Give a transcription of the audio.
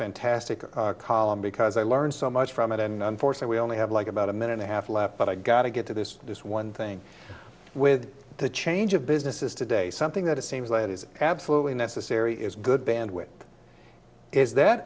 fantastic column because i learned so much from it and unfortunately i only have like about a minute and a half left but i gotta get to this just one thing with the change of business is today something that it seems like it is absolutely necessary is good bandwidth is that